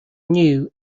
new